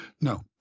No